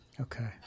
Okay